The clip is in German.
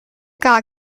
gar